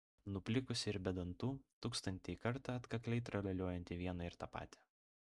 nuplikusį ir be dantų tūkstantąjį kartą atkakliai tralialiuojantį vieną ir tą patį